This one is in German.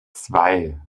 zwei